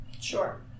Sure